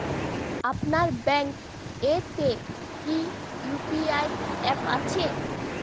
আপনার ব্যাঙ্ক এ তে কি ইউ.পি.আই অ্যাপ আছে?